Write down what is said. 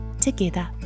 together